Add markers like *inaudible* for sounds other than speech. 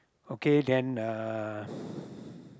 okay then uh *breath*